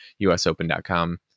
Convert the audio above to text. usopen.com